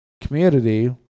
community